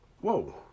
Whoa